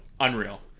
unreal